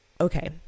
okay